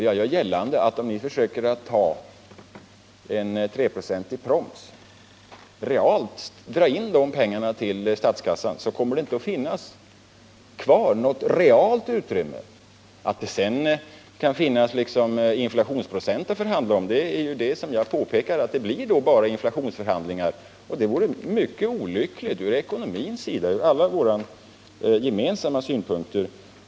Jag gör gällande att om ni försöker införa en 3-procentig proms och drar in de pengarna till statskassan, kommer det inte att finnas kvar något realt utrymme för löneförhöjningar. Det kan finnas inflationsprocent att förhandla om, och det var därför som jag påpekade att det bara blir fråga om inflationsförhandlingar. Och sådana vore mycket olyckliga från ekonomins synpunkt och därmed från allas synpunkt.